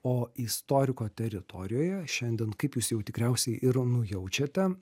o istoriko teritorijoje šiandien kaip jūs jau tikriausiai ir nujaučiate